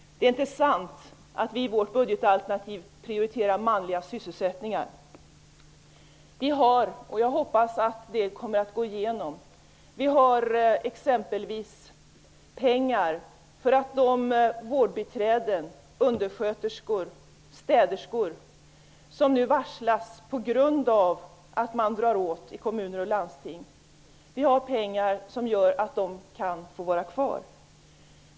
Det är inte sant att vi i vårt budgetalternativ prioriterar manliga sysselsättningar. Vi lägger exempelvis pengar på att de vårdbiträden, undersköterskor och städerskor som nu varslas på grund av att det dras åt i kommuner och landsting kan få vara kvar.